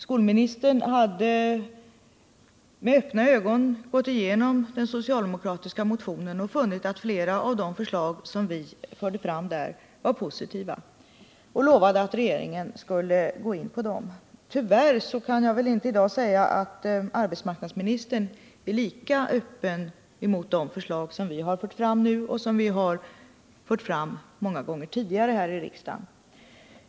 Skolministern hade med öppna ögon gått igenom den socialdemokratiska motionen och funnit att flera av de förslag som vi förde fram där var positiva, och hon lovade att regeringen skulle gå in på dem. Tyvärr kan jag inte i dag säga att arbetsmarknadsministern är lika öppen mot de förslag som vi har fört fram nu och många gånger tidigare här i riksdagen.